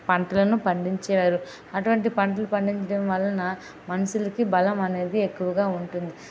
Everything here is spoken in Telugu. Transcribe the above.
పంటలను పండించేవారు అటువంటి పంటలు పండించడం వలన మనుషులకి బలం అనేది ఎక్కువగా ఉంటుంది